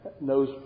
knows